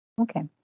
Okay